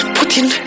Putin